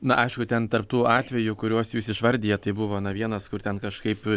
na aišku ten tarp tų atvejų kuriuos jūs išvardijat tai buvo na vienas kur ten kažkaip